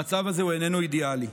המצב הזה הוא איננו אידיאלי.